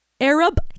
arab